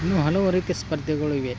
ಇನ್ನು ಹಲವು ರೀತಿಯ ಸ್ಪರ್ಧೆಗಳಿವೆ